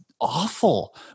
awful